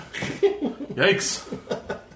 Yikes